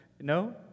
No